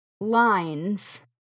lines